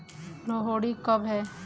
लोहड़ी कब है?